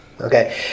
Okay